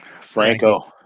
Franco